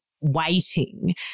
waiting